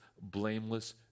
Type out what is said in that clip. blameless